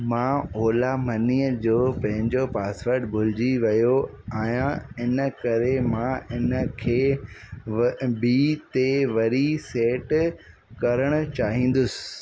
मां ओला मनीअ जो पंहिंजो पासवर्ड भुलिजी वियो आहियां इन करे मां इन खे ब ॿी ते वरी सेट करणु चाहींदुसि